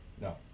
No